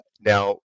Now